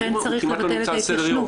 הוא כמעט לא נמצא על סדר יום.